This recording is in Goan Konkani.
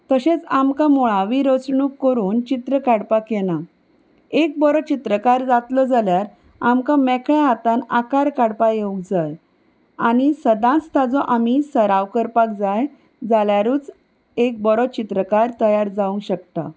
तशेंच आमकां मुळावी रचणूक करून चित्र काडपाक येना एक बरो चित्रकार जातलो जाल्यार आमकां मेकळ्या हातान आकार काडपाक येवंक जाय आनी सदांच ताचो आमी सराव करपाक जाय जाल्यारूच एक बरो चित्रकार तयार जावंक शकता